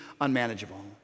unmanageable